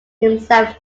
himself